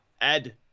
Ed